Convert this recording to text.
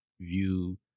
view